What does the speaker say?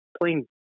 playing